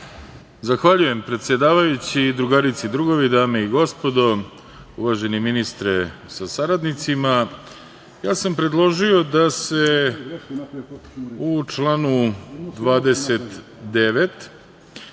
Zahvaljujem predsedavajući. Drugarice i drugovi, dame i gospodo, uvaženi ministre sa saradnicima, ja sam predložio da se u članu 29.